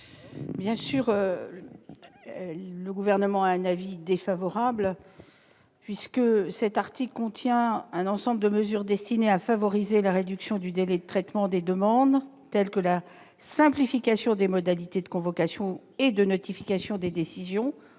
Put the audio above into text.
? Le Gouvernement est évidemment défavorable à l'amendement, puisque l'article 5 comporte un ensemble de mesures destinées à favoriser la réduction du délai de traitement des demandes, telles que la simplification des modalités de convocation et de notification des décisions